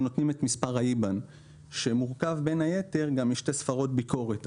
נותנים את מספר ה-IBAN שמורכב בין היתר גם משתי ספרות ביקורת.